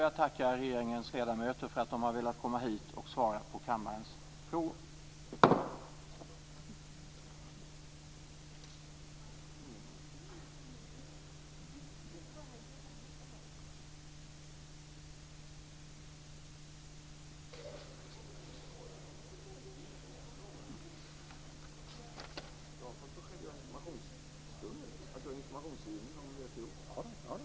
Jag tackar regeringens ledamöter för att de har velat komma hit och svara på kammarens frågor.